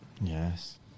Yes